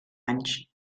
anys